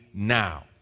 Now